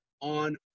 on